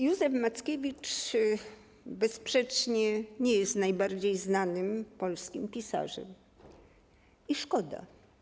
Józef Mackiewicz bezsprzecznie nie jest najbardziej znanym polskim pisarzem, i szkoda.